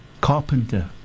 carpenter